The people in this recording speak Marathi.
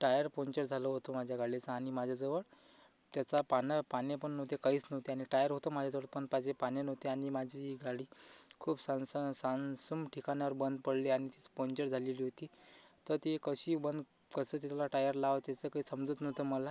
टायर पंचर झालं होतं माझ्या गालीचं आणि माझ्याजवळ त्याचा पाना पानेपण नव्हते काहीच नव्हते आणि टायर होतं माझ्याजवळ पण माझे पाने नव्हते आणि माझी गाडी खूप सांसा सामसूम ठिकाणावर बंद पडली आणि तिचं पंचर झालेली होती तर ती कशी बंद कसं ते तिला टायर लावायचे असं काही समजत नव्हतं मला